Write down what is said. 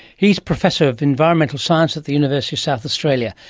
he's professor of environmental science at the university of south australia.